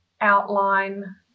outline